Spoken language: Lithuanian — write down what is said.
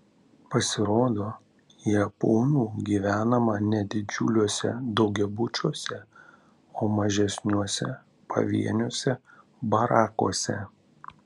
pasirodo japonų gyvenama ne didžiuliuose daugiabučiuose o mažesniuose pavieniuose barakuose